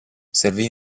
servì